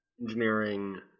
engineering